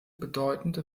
bedeutende